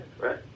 right